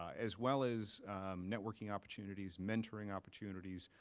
um as well as networking opportunities, mentoring opportunities,